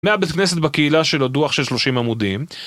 מהבית כנסת בקהילה של הדו"ח של 30 עמודים..